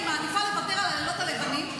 אני מעדיפה לוותר על הלילות הלבנים,